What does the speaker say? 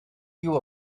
you